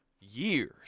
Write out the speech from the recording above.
years